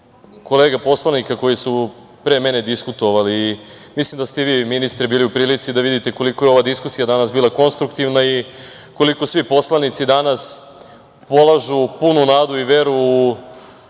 kolega poslanika koji su pre mene diskutovali i mislim da ste i vi, ministre, bili u prilici da vidite koliko je ova diskusija danas bila konstruktivna i koliko svi poslanici danas polažu punu nadu i veru u